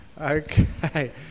Okay